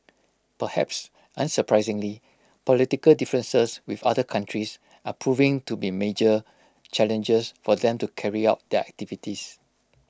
perhaps unsurprisingly political differences with other countries are proving to be major challengers for them to carry out their activities